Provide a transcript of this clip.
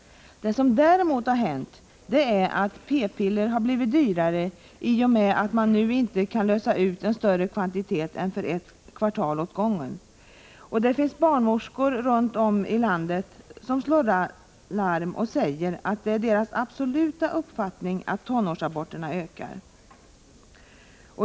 Det som däremot har hänt är att p-piller har blivit dyrare i och med att man nu inte kan lösa ut en större kvantitet än vad man behöver för ett kvartal. Barnmorskor runt om i landet slår larm och säger att det är deras absoluta uppfattning att tonårsaborterna ökar.